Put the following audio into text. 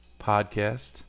podcast